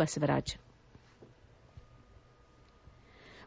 Basavaraj